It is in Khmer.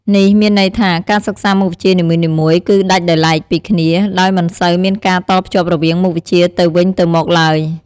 នេះមានន័យថា ការសិក្សាមុខវិជ្ជានីមួយៗគឺ ដាច់ដោយឡែកពីគ្នា ដោយមិនសូវមានការតភ្ជាប់រវាងមុខវិជ្ជាទៅវិញទៅមកឡើយ។